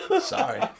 Sorry